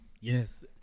Yes